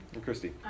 Christy